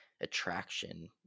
attraction